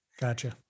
Gotcha